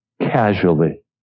casually